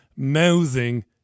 mouthing